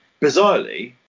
Bizarrely